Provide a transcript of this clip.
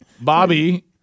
Bobby